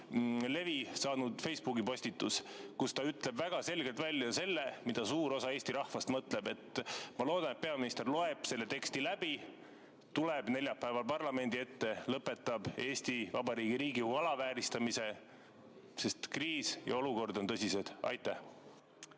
levi saanud Facebooki postitus. Selles ütleb Võrno väga selgelt välja selle, mida suur osa Eesti rahvast mõtleb. Ma loodan, et peaminister loeb selle teksti läbi, tuleb neljapäeval parlamendi ette ja lõpetab Eesti Vabariigi Riigikogu alavääristamise, sest kriis ja olukord on tõsine. Aitäh,